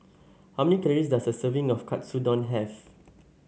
how many calories does a serving of Katsudon have